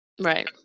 Right